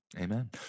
Amen